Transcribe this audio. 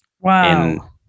wow